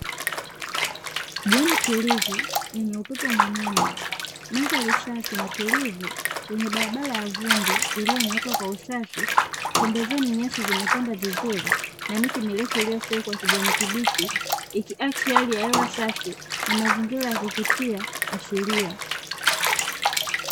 Jioni tulivu yenye upepo mwanana, mandhari safi na tulivu yenye barabara ya vumbi iliyonyooka kwa usafi, pembezoni nyasi zimetanda vizuri na miti mirefu iliyostawi kwa kijani kibichi ikiakisi hali ya hewa safi na mazingira ya kuvutia asilia.